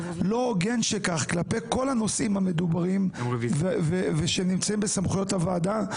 לא הוגן שכך כלפי כל הנושאים המדוברים שנמצאים בסמכויות הוועדה.